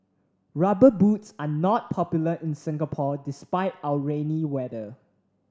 rubber boots are not popular in Singapore despite our rainy weather